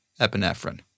epinephrine